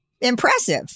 impressive